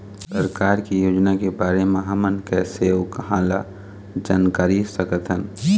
सरकार के योजना के बारे म हमन कैसे अऊ कहां ल जानकारी सकथन?